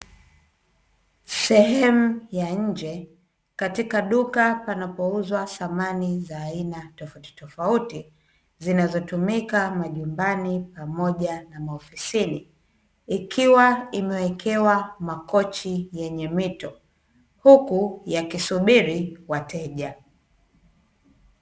Sehemu ya nje katika duka panapouzwa samani aina tofautitofauti, zinazotumika majumbabi pamoja na maofisini, ikiwa imewekewa makochi yenye mito, huku yakisubiri wateja.